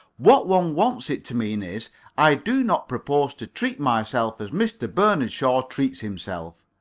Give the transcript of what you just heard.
what one wants it to mean is i do not propose to treat myself as mr. bernard shaw treats himself.